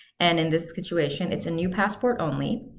and in this situation it's a new passport only.